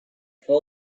full